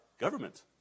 government